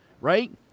right